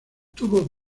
tuvo